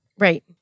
Right